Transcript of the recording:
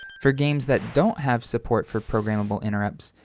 for games that don't have support for programmable interrupts,